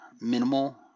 minimal